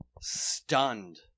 Stunned